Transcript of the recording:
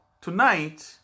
tonight